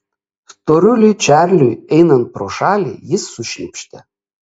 storuliui čarliui einant pro šalį jis sušnypštė